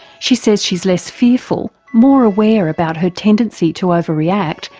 she says she's less fearful, more aware about her tendency to overreact,